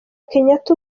kenyatta